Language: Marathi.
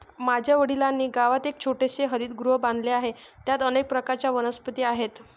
माझ्या वडिलांनी गावात एक छोटेसे हरितगृह बांधले आहे, त्यात अनेक प्रकारच्या वनस्पती आहेत